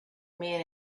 men